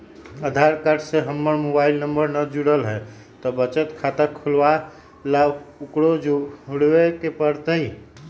आधार card से हमर mobile number न जुरल है त बचत खाता खुलवा ला उकरो जुड़बे के पड़तई?